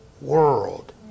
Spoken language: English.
world